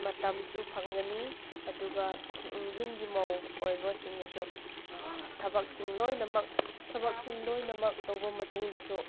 ꯃꯇꯝꯁꯨ ꯐꯪꯒꯅꯤ ꯑꯗꯨꯒ ꯌꯨꯝꯒꯤ ꯃꯧ ꯑꯣꯏꯕꯁꯤꯡꯅꯁꯨ ꯊꯕꯛꯁꯤꯡ ꯂꯣꯏꯅꯃꯛ ꯊꯕꯛꯁꯤꯡ ꯂꯣꯏꯅꯃꯛ ꯇꯧꯕ ꯃꯇꯨꯡꯗꯁꯨ